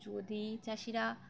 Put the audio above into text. যদি চাষীরা